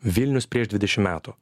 vilnius prieš dvidešimt metų